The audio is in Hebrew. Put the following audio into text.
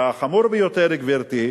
חמור ביותר, גברתי.